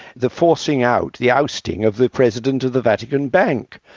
the forcing out, the ousting of the president of the vatican bank,